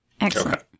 Excellent